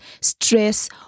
stress